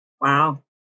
Wow